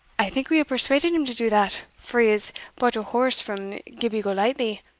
i think we have persuaded him to do that, for he has bought a horse from gibbie golightly,